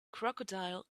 crocodile